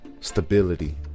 Stability